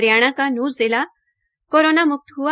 हरियाणा का नूहं जिला कोरोना मुक्त हआ